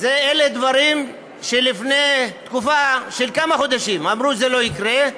אלה דברים שלפני תקופה של כמה חודשים אמרו: זה לא יקרה.